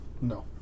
No